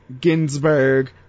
ginsburg